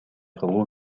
кылуу